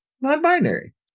non-binary